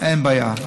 אין בעיה.